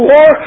War